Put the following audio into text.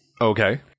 Okay